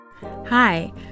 Hi